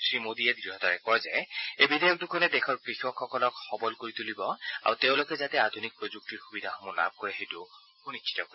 শ্ৰীমোডীয়ে দঢ়তাৰে কয় যে এই বিধেয়ক দুখনে দেশৰ কৃষকসকলক সৱল কৰি তুলিব আৰু তেওঁলোকে যাতে আধুনিক প্ৰযুক্তিৰ সুবিধাসূমহ লাভ কৰে সেইটো সুনিশ্চিত কৰিব